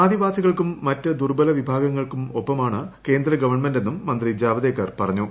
ആദിവാസികൾക്കും മറ്റ് ദുർബല വിഭാഗങ്ങൾക്കും ഒപ്പമാണ് കേന്ദ്ര ഗവൺമെന്റെന്നും മന്ത്രി ജാവദേക്കർ പറഞ്ഞു